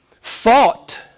fought